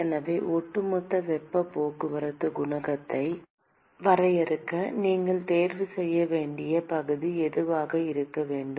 எனவே ஒட்டுமொத்த வெப்பப் போக்குவரத்து குணகத்தை வரையறுக்க நீங்கள் தேர்வு செய்ய வேண்டிய பகுதி எதுவாக இருக்க வேண்டும்